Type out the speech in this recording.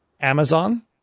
Amazon